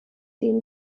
den